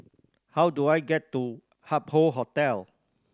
how do I get to Hup Hoe Hotel